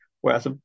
Whereas